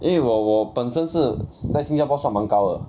因为我我本身是在新加坡算蛮高的